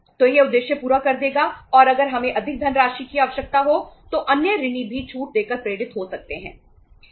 तो यह उद्देश्य पूरा कर देगा और अगर हमें अधिक धनराशि की आवश्यकता हो तो अन्य ऋणी भी छूट देकर प्रेरित हो सकते हैं